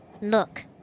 Look